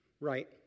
Right